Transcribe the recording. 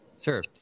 sure